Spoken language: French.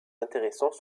intéressants